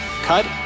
Cut